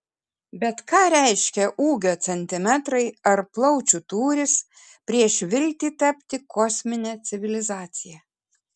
bet ką reiškia ūgio centimetrai ar plaučių tūris prieš viltį tapti kosmine civilizacija